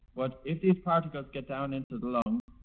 but if these particles get down into the lungs,